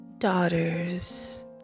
Daughters